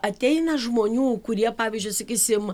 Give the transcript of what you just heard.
ateina žmonių kurie pavyzdžiui sakysim